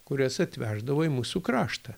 kurias atveždavo į mūsų kraštą